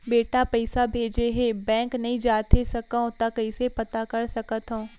बेटा पइसा भेजे हे, बैंक नई जाथे सकंव त कइसे पता कर सकथव?